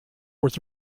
was